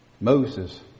Moses